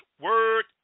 word